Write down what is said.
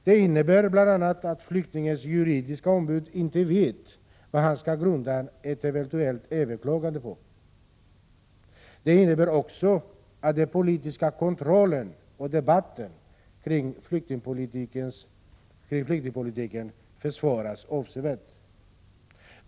Det innebär bl.a. det förhållandet att flyktingens juridiska ombud inte vet vad man skall grunda ett eventuellt överklagande på. Det innebär också att den politiska kontrollen och debatten kring flyktingpolitiken försvåras avsevärt.